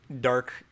dark